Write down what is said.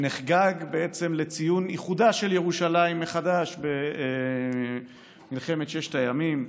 שנחגג בעצם לציון איחודה של ירושלים מחדש במלחמת ששת הימים,